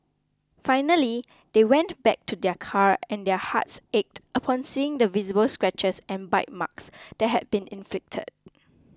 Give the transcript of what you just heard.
finally they went back to their car and their hearts ached upon seeing the visible scratches and bite marks that had been inflicted